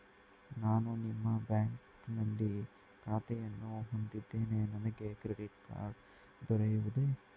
ನಾನು ನಿಮ್ಮ ಬ್ಯಾಂಕಿನಲ್ಲಿ ಖಾತೆಯನ್ನು ಹೊಂದಿದ್ದೇನೆ ನನಗೆ ಕ್ರೆಡಿಟ್ ಕಾರ್ಡ್ ದೊರೆಯುವುದೇ?